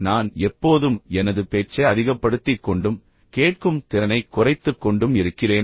நான் எப்போதும் எனது பேச்சை அதிகப்படுத்திக் கொண்டும் கேட்கும் திறனைக் குறைத்துக் கொண்டும் இருக்கிறேன்